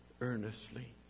earnestly